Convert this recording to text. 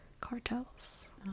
cartels